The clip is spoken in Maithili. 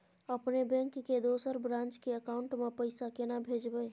अपने बैंक के दोसर ब्रांच के अकाउंट म पैसा केना भेजबै?